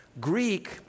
Greek